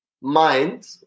mind